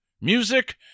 music